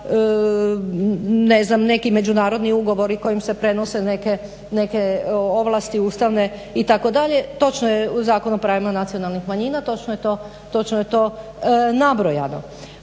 neki međunarodni ugovori kojim se prenose neke ovlasti ustavne itd. točno je u Zakonu o pravima nacionalnih manjina, točno je to nabrojano.